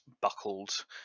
buckled